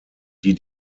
die